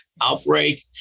outbreak